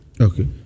Okay